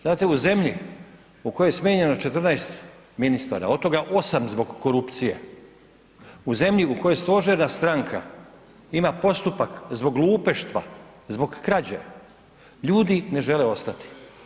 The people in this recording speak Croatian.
Znate u zemlji u kojoj je smijenjeno 14 ministara od toga 8 zbog korupcije, u zemlji u kojoj stožerna stranka ima postupka zbog lupeštva, zbog krađe, ljudi ne žele ostati.